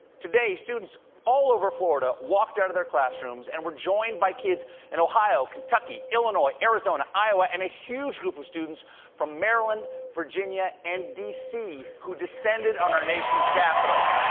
today, students all over florida walked out of their classrooms and were joined by kids in ohio, kentucky, illinois, arizona, iowa, and a huge group of students from maryland, virginia, and d c, who descended on our nation's capitol.